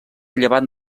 llevant